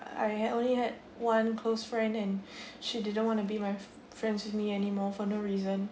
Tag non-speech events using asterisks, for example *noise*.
I had only had one close friend and *breath* she didn't want to be my friends with me anymore for no reason